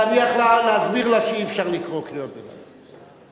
להסביר לה שאי-אפשר לקרוא קריאות ביניים.